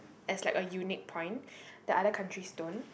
as like a unique point that other countries don't